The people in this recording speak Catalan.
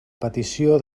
petició